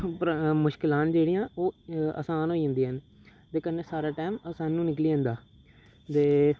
मुश्किलां जेह्ड़ियां ओह् असान होई जन्दियां न ते कन्नै सारा टैम असानी ने निकली जन्दा ते